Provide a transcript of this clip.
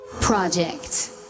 project